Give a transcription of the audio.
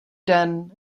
den